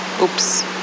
oops